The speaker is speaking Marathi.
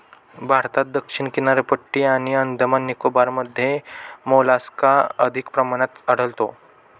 भारतात दक्षिण किनारपट्टी आणि अंदमान निकोबारमध्ये मोलस्का अधिक प्रमाणात आढळतो